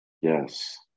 Yes